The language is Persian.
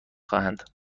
خواهند